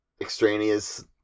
extraneous